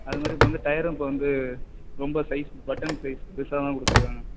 அது மாதிரி இப்போ வந்து டயரும் இப்போ வந்து ரொம்ப சைஸ் பட்டன் சைஸ் பெருசாக தான் கொடுத்துருக்காங்க